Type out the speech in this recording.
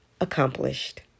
accomplished